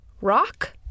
rock